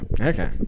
Okay